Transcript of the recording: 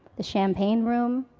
the champagne room.